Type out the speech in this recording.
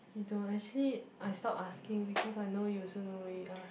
you know actually I stop asking because I know you also don't really ask